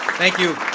thank you.